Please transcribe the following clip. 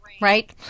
right